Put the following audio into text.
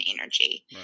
energy